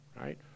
right